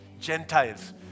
Gentiles